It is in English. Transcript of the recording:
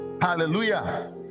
Hallelujah